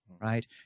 right